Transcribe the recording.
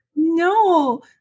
No